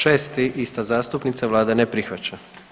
6., ista zastupnica, Vlada ne prihvaća.